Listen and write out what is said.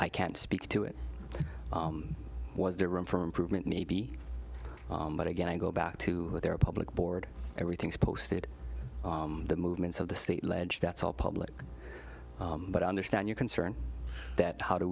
i can't speak to it was there room for improvement maybe but again i go back to their public board everything's posted the movements of the state ledge that's all public but i understand your concern that how do